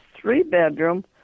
three-bedroom